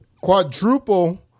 Quadruple